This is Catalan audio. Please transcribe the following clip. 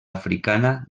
africana